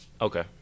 Okay